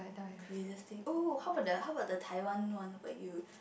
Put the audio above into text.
craziest thing oo how about the how about the Taiwan one where you